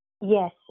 Yes